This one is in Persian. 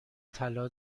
طلا